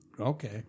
Okay